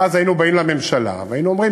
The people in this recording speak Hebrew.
ואז היינו באים לממשלה והיינו אומרים: